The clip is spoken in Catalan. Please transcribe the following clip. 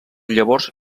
llavors